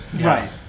Right